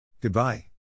Goodbye